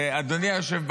אדוני היושב בראש,